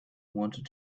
wanted